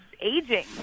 aging